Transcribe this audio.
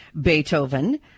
Beethoven